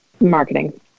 marketing